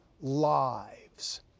lives